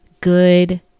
good